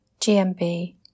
GMB